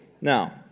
Now